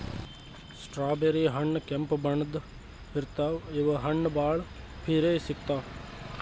strawberry ಹಣ್ಣ್ ಕೆಂಪ್ ಬಣ್ಣದ್ ಇರ್ತವ್ ಇವ್ ಹಣ್ಣ್ ಭಾಳ್ ಪಿರೆ ಸಿಗ್ತಾವ್